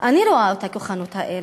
אני רואה את הכוחנות הזאת,